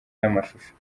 n’amashusho